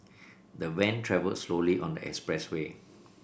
the van travelled slowly on the expressway